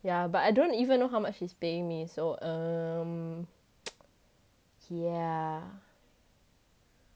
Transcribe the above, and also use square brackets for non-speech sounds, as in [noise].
ya but I don't even know how much he's paying me so um [noise] yeah